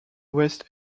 west